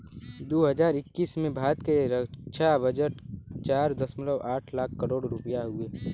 दू हज़ार इक्कीस में भारत के रक्छा बजट चार दशमलव आठ लाख करोड़ रुपिया हउवे